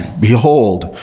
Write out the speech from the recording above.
Behold